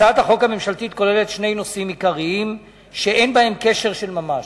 הצעת החוק הממשלתית כוללת שני נושאים עיקריים שאין ביניהם קשר של ממש.